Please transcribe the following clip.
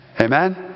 Amen